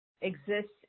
exists